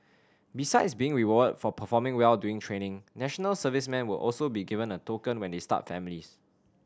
besides being rewarded for performing well during training national servicemen will also be given a token when they start families